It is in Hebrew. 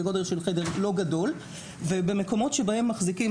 זה גודל של חדר לא גדול ובמקומות בהם מחזיקים,